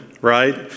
right